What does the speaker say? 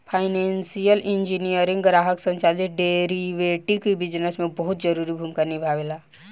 financial engineering ग्राहक संचालित derivative business में बहुत जरूरी भूमिका निभावेला